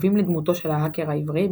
קווים לדמותו של ההאקר העברי,